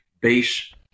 base